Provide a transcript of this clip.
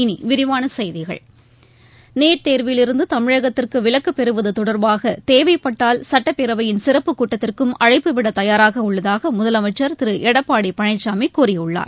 இனி விரிவான செய்திகள் நீட் தேர்வில் இருந்து தமிழகத்திற்கு விலக்கு பெறுவது தொடர்பாக தேவைப்பட்டால் சட்டப்பேரவையின் சிறப்புக் கூட்டத்திற்கும் அழைப்புவிட தயாராக உள்ளதாக முதலமைச்சர் திரு எடப்பாடி பழனிசாமி கூறியுள்ளார்